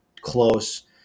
close